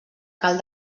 cal